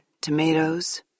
tomatoes